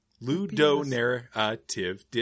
Ludo-narrative